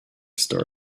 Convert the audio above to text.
story